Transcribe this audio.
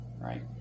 right